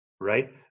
right